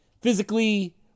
physically